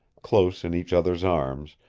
close in each other's arms,